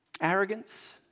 arrogance